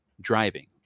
driving